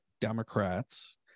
Democrats